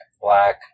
black